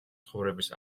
ცხოვრების